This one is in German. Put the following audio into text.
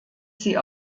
sie